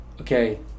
okay